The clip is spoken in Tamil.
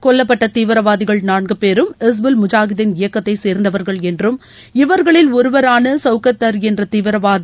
கொல்லப்பட்ட தீவிரவாதிகள் நான்கு பேரும் ஹிஸ்புல் முஜாஹிதீன் இயக்கத்தை சேர்ந்தவர்கள் என்றும் இவர்களில் ஒருவரான சவுகத் தர் என்ற தீவிரவாதி